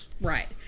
Right